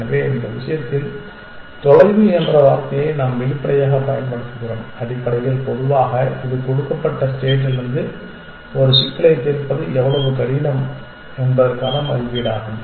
எனவே இந்த விஷயத்தில் தொலைவு என்ற வார்த்தையை நாம் வெளிப்படையாகப் பயன்படுத்துகிறோம் அடிப்படையில் பொதுவாக இது கொடுக்கப்பட்ட ஸ்டேட்டிலிருந்து ஒரு சிக்கலைத் தீர்ப்பது எவ்வளவு கடினம் என்பதற்கான மதிப்பீடாகும்